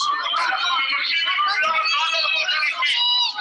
תודה אבל זה קטוע ומאוד מאוד קשה להבין.